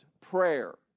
prayer